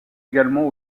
également